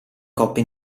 coppe